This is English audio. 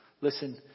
Listen